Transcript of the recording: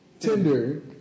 Tinder